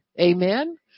Amen